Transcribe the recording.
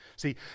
See